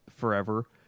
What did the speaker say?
forever